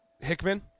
Hickman